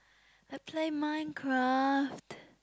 I play MineCraft